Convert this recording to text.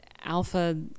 alpha